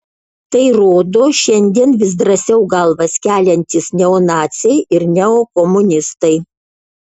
tai rodo šiandien vis drąsiau galvas keliantys neonaciai ir neokomunistai